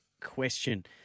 question